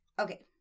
Okay